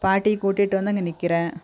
பாட்டியை கூட்டிட்டு வந்து அங்கே நிற்கிறேன்